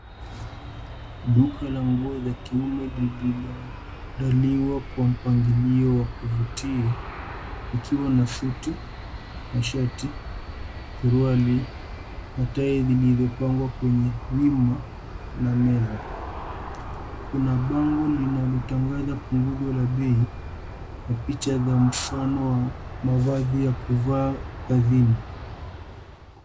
Duka la nguo za kiume lililoandaliwa kwa mpangilio wa kuvutia likiwa na suti, mashati, suruali na tai zilizopangwa kwenye wima na meza. Kuna bango linalotangaza punguzo la bei na picha za mfano ya mavazi ya kuvaa kazini.